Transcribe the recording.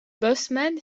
bosseman